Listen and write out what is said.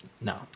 No